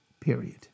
Period